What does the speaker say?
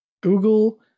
Google